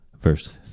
verse